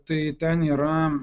tai ten yra